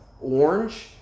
orange